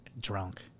Drunk